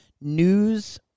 news